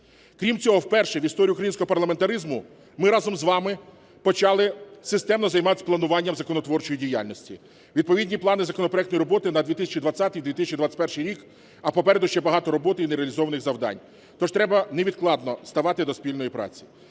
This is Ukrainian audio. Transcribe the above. Крім цього, вперше в історії українського парламентаризму, ми, разом з вами, почали системно займатися плануванням законотворчої діяльності. Відповідні плани законопроектної роботи на 2020-2021 роки, а попереду ще багато роботи і не реалізованих завдань, тож треба невідкладно ставати до спільної праці.